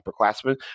upperclassmen